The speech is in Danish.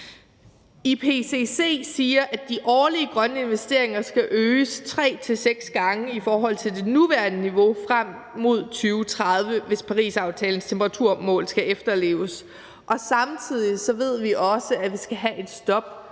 IPCC siger, at de årlige grønne investeringer skal øges 3-6 gange i forhold til det nuværende niveau frem mod 2030, hvis Parisaftalens temperaturmål skal efterleves. Samtidig ved vi også, at vi skal have et stop